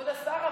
כבוד השר,